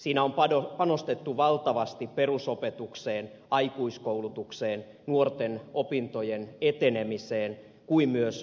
siinä on panostettu valtavasti niin perusopetukseen aikuiskoulutukseen nuorten opintojen etenemiseen kuin myös yliopistoihin